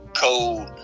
Cold